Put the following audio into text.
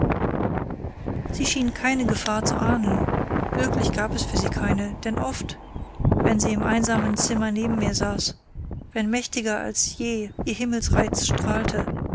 sie schien keine gefahr zu ahnen wirklich gab es für sie keine denn oft wenn sie im einsamen zimmer neben mir saß wenn mächtiger als je ihr himmelsreiz strahlte